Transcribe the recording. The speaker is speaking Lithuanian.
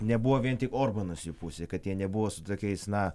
nebuvo vien tik orbanas jų pusėj kad jie nebuvo su tokiais na